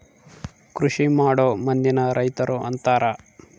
ಕೃಷಿಮಾಡೊ ಮಂದಿನ ರೈತರು ಅಂತಾರ